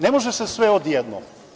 Ne može se sve odjednom.